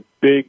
big